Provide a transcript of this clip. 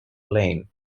plain